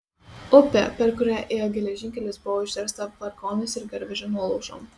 upė per kurią ėjo geležinkelis buvo užversta vagonais ir garvežio nuolaužom